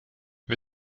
wir